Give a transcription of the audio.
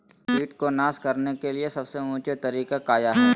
किट को नास करने के लिए सबसे ऊंचे तरीका काया है?